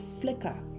flicker